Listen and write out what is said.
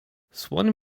słoń